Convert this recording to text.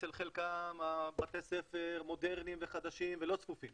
אצל חלקם בתי הספר מודרניים וחדשים ולא צפופים